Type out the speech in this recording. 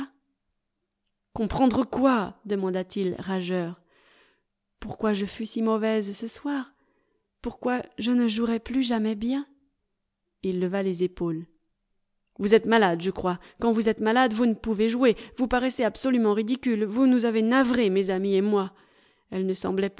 comprendre quoi demanda-t-il rageur pourquoi je fus si mauvaise ce soir pourquoi je ne jouerai plus jamais bien il leva les épaules vous êtes malade je crois quand vous êtes malade vous ne pouvez jouer vous paraissez absolument ridicule vous nous avez navrés mes amis et moi elle ne semblait